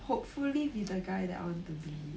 hopefully be the guy that I want to be with